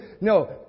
No